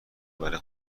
برای